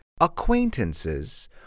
acquaintances